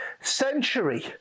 century